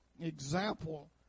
example